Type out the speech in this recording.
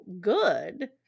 good